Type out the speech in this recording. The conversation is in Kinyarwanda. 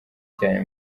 cyane